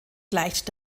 gleicht